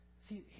see